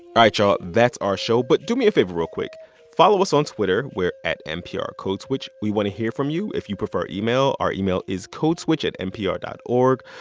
right, y'all, that's our show. but do me a favor real quick follow us on twitter. we're at nprcodeswitch. we want to hear from you. if you prefer email, our email is codeswitch at npr dot o